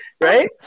Right